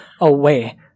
away